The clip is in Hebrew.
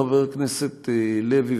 חבר הכנסת לוי,